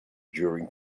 during